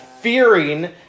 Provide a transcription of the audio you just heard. fearing